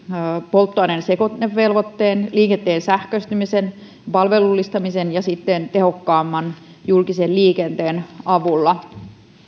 polttoaineen sekoitevelvoitteen liikenteen sähköistymisen palvelullistamisen ja sitten tehokkaamman julkisen liikenteen avulla